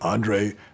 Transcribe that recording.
Andre